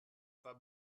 pas